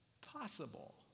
possible